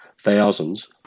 thousands